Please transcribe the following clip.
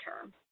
term